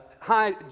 hi